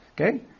Okay